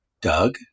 Doug